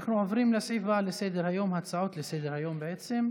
נעבור להצעות לסדר-היום בנושא: